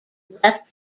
left